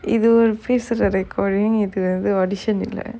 இது ஒரு பேசுற:ithu oru pesura recording நேத்ல இருந்து:nethla irunthu audition இல்ல:illa